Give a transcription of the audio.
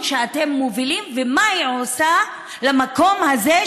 שאתם מובילים ומה היא עושה למקום הזה,